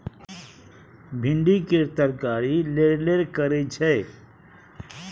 भिंडी केर तरकारी लेरलेर करय छै